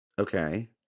Okay